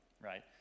right